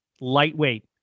lightweight